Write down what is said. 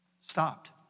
stopped